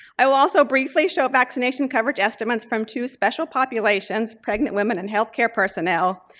i will also briefly show vaccination coverage estimates from two special populations pregnant women and healthcare personnel.